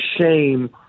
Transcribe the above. shame